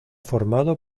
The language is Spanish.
formado